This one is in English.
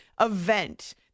event